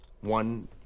one